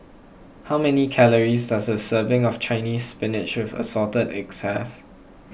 how many calories does a serving of Chinese Spinach with Assorted Eggs have